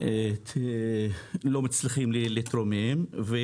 לא מצליחים להתרומם.